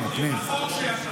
מתנגדים,